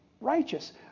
righteous